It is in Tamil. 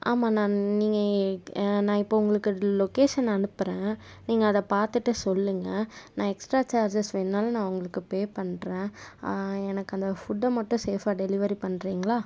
ஆமாண்ணா நீங்கள் நான் இப்போ உங்களுக்கு லொகேஷன் அனுப்புகிறேன் நீங்கள் அதை பார்த்துட்டு சொல்லுங்கள் நான் எக்ஸ்ட்ரா சார்ஜஸ் வேணுனாலும் நான் உங்களுக்கு பே பண்ணுறேன் எனக்கு அந்த ஃபுட்டை மட்டும் சேஃபாக டெலிவரி பண்ணுறீங்ளா